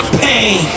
pain